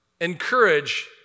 encourage